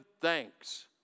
thanks